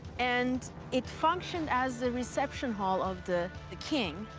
and it functioned as a reception hall of the the king.